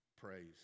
praise